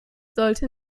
sollte